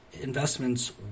investments